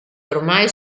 ormai